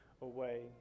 away